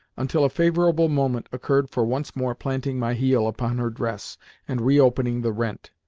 until a favourable moment occurred for once more planting my heel upon her dress and reopening the rent.